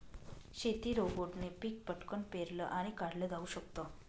शेती रोबोटने पिक पटकन पेरलं आणि काढल जाऊ शकत